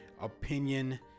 opinion